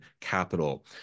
capital